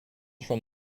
from